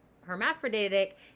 hermaphroditic